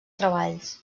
treballs